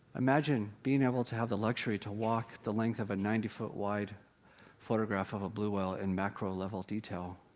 imagine, being able to have the luxury to walk the length of a ninety foot wide photograph of a blue whale in macro-level detail.